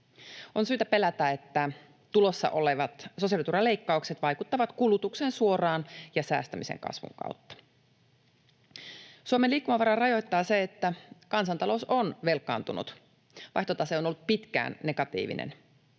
On syytä pelätä, että tulossa olevat sosiaaliturvaleikkaukset vaikuttavat kulutukseen suoraan ja säästämisen kasvun kautta. Suomen liikkumavaraa rajoittaa se, että kansantalous on velkaantunut. Vaihtotase on ollut pitkään negatiivinen.